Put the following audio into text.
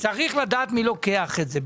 צריך לדעת מי לוקח את זה,